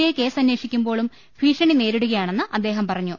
I കേസ ന്വേഷിക്കുമ്പോഴും ഭീഷണി നേരിടുകയാണെന്ന് അദ്ദേഹം പറഞ്ഞു